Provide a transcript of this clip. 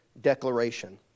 declaration